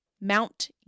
Mount